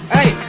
Hey